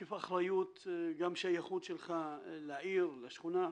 מתוקף אחריות, גם שייכות לך לעיר, לשכונה.